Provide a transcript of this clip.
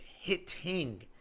hitting